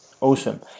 Awesome